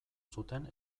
zuten